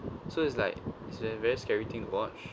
so it's like it's a very scary thing watch